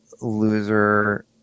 loser